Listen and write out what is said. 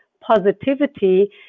positivity